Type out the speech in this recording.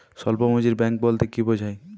স্বল্প পুঁজির ব্যাঙ্ক বলতে কি বোঝায়?